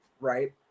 right